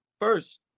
First